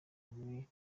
muri